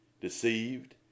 deceived